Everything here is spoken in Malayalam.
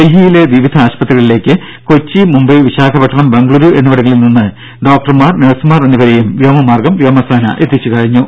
ഡൽഹിയിലെ വിവിധ ആശുപത്രികളിലേക്ക് കൊച്ചി മുംബൈ വിശാഖപട്ടണം ബംഗളൂരു എന്നിവിടങ്ങളിൽ നിന്ന് ഡോക്ടർമാർ നഴ്സുമാർ എന്നിവരെയും വ്യോമമാർഗം വ്യോമസേന എത്തിച്ചുകഴിഞ്ഞു